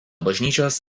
bažnyčios